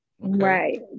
right